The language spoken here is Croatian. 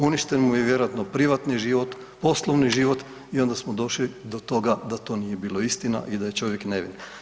Uništen mu je vjerojatno privatni život, poslovni život i onda smo došli do toga da to nije bilo istina i da je čovjek nevin.